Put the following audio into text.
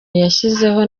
yashyizeho